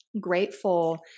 grateful